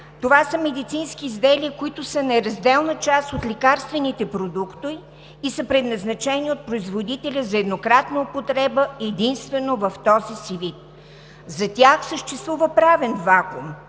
„Това са медицински изделия, които са неразделна част от лекарствените продукти и са предназначени от производителя за еднократна употреба единствено в този си вид.“ За тях не съществува правен вакуум